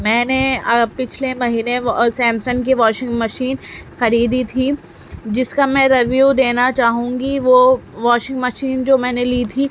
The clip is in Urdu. میں نے پچھلے مہینے وہ سیمسنگ کی واشنگ مشین خریدی تھی جس کا میں رویو دینا چاہوں گی وہ واشنگ مشین جو میں نے لی تھی